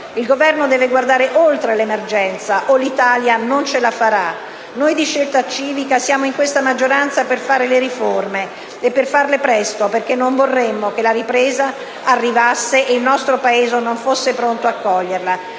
Il Governo deve guardare oltre l'emergenza o l'Italia non ce la farà. Noi di Scelta Civica siamo in questa maggioranza per fare le riforme e per farle presto, perché non vorremmo che la ripresa arrivasse e il nostro Paese non fosse pronto a coglierla.